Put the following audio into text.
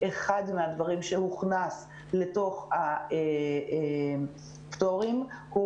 אחד הדברים שהוכנס לתוך הפטורים הם